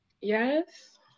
Yes